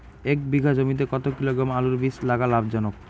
এক বিঘা জমিতে কতো কিলোগ্রাম আলুর বীজ লাগা লাভজনক?